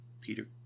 Peter